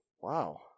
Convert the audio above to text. Wow